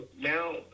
now